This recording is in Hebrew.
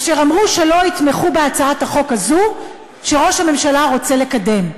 אשר אמרו שלא יתמכו בהצעת החוק הזאת שראש הממשלה רוצה לקדם.